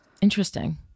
Interesting